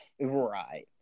Right